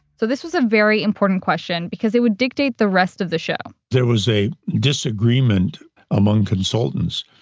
so this was a very important question because it would dictate the rest of the show there was a disagreement among consultants.